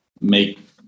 make